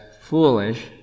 foolish